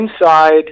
inside